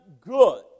good